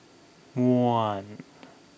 one